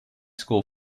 school